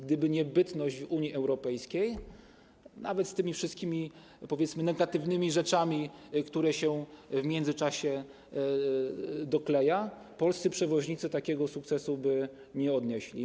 Gdyby nie bytność w Unii Europejskiej, nawet z tymi wszystkimi - powiedzmy - negatywnymi rzeczami, które się w międzyczasie dokleja, polscy przewoźnicy nie odnieśliby takiego sukcesu.